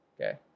Okay